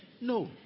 No